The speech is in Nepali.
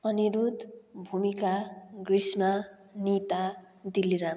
अनिरुद्ध भूमिका ग्रिस्ना निता दिल्लीराम